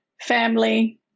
family